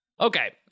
Okay